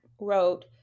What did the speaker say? wrote